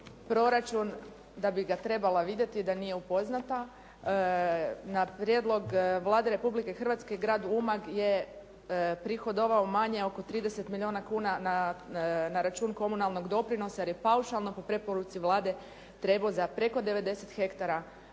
proračun, da bi ga trebala vidjeti i da nije upoznata, na prijedlog Vlade Republike Hrvatske grad Umag je prihodovao manje oko 30 milijuna kuna na račun komunalnog doprinosa jer je paušalno po preporuci Vlade trebao za preko 90 hektara